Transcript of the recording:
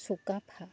Sukaphaa